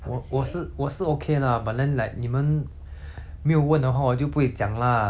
没有问的话我就不会讲 lah but 你们要懂的 hor 就讲 lor but the thing is like